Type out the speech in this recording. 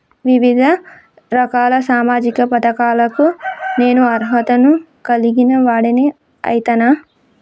వివిధ రకాల సామాజిక పథకాలకు నేను అర్హత ను కలిగిన వాడిని అయితనా?